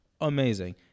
amazing